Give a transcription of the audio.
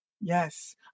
Yes